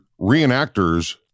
reenactors